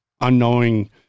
unknowing